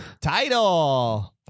Title